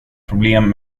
problem